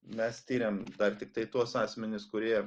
mes tiriam dar tiktai tuos asmenis kurie